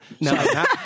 No